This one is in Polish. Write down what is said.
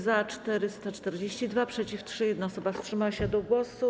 Za - 442, przeciw - 3, 1 osoba wstrzymała się od głosu.